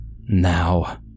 Now